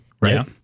Right